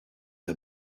are